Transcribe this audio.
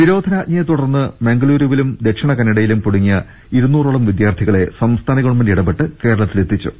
നിരോധനാജ്ഞയെത്തുടർന്ന് മംഗളുരുവിലും ദക്ഷിണ കന്നഡയിലും കുടുങ്ങിയ ഇരുനൂറോളം വിദ്യാർഥികളെ സംസ്ഥാന ഗവൺമെന്റ് ഇടപെട്ട് കേരളത്തിലെത്തിച്ചു